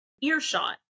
earshot